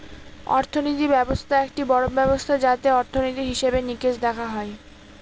অর্থনীতি ব্যবস্থা একটি বড়ো ব্যবস্থা যাতে অর্থনীতির, হিসেবে নিকেশ দেখা হয়